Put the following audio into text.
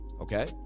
okay